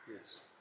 Yes